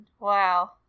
wow